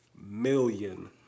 million